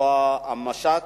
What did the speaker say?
אותו משט,